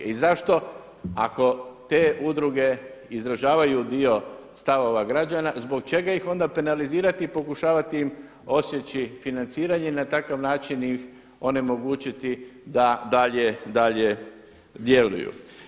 I zašto ako te udruge izražavaju dio stavova građana, zbog čega ih onda penalizirati i pokušavati im odsjeći financiranje i na takav način ih onemogućiti da dalje djeluju?